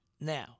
Now